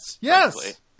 Yes